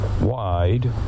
wide